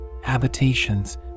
habitations